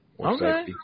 Okay